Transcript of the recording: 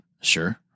Sure